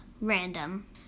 random